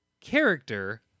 character